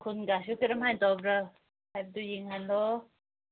ꯈꯨꯟꯒꯁꯤ ꯀꯔꯝ ꯍꯥꯏꯅ ꯇꯧꯕ꯭ꯔꯥ ꯍꯥꯏꯕꯗꯨ ꯌꯦꯡꯍꯜꯂꯣ